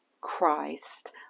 Christ